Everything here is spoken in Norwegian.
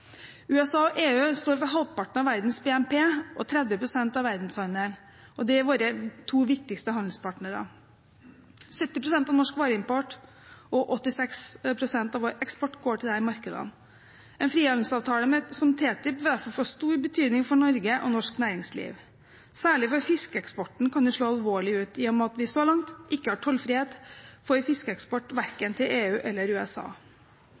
USA og EU står for halvparten av verdens BNP og 30 pst. av verdenshandelen. De er våre to viktigste handelspartnere. 70 pst. av norsk vareimport og 86 pst. av vår eksport går til disse markedene. En frihandelsavtale som TTIP vil derfor få stor betydning for Norge og norsk næringsliv. Særlig for fiskeeksporten kan det slå alvorlig ut, i og med at vi så langt ikke har tollfrihet for fiskeeksport verken til EU eller USA.